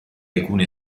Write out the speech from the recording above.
alcune